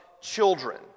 children